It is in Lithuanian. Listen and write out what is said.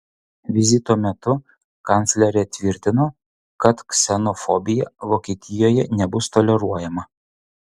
vizito metu kanclerė tvirtino kad ksenofobija vokietijoje nebus toleruojama